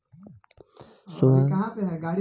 स्वास्थ्य बीमा खातिर आवेदन कइसे करे के होई?